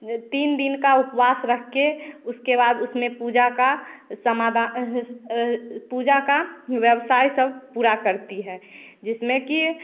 तीन दिन का उपवास रख के उसके बाद उसमें पूजा का समाधान पूजा का व्यवसाय सब पूरा करती है जिसमें की